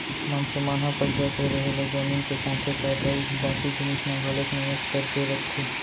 मनसे मन ह पइसा के रेहे ले जमीन के साथे साथ अउ बाकी जिनिस म घलोक निवेस करके रखथे